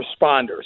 responders